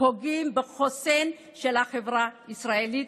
שפוגעות בחוסן של החברה הישראלית,